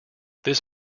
this